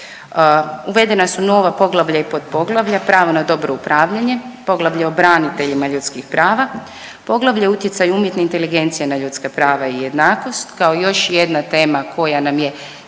uvedena su nova poglavlja i podpoglavlja, pravo na dobro upravljanje, poglavlje o braniteljima ljudskih prava, poglavlje o utjecaju umjetne inteligencije na ljudska prava i jednakost, kao i još jedna tema koja nam je sada